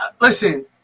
listen